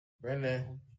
Brendan